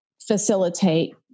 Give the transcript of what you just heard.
facilitate